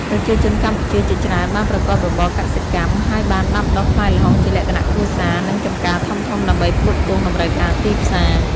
ប្រជាជនកម្ពុជាជាច្រើនបានប្រកបរបរកសិកម្ម ហើយបានដាំដុះផ្លែល្ហុងជាលក្ខណៈគ្រួសារ និងចម្ការធំៗដើម្បីផ្គត់ផ្គង់តម្រូវការទីផ្សារ។